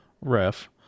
ref